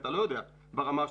אתה לא יודע ברמה השוטפת.